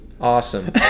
Awesome